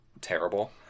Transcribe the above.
terrible